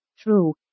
True